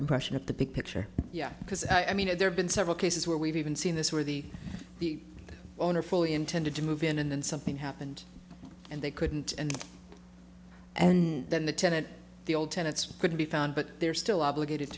impression of the big picture because i mean there have been several cases where we've even seen this where the owner fully intended to move in and then something happened and they couldn't and and then the tenant the old tenets could be found but they're still obligated